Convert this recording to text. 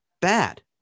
bad